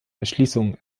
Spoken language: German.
erschließung